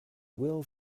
will